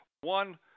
One